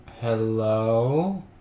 Hello